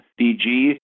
DG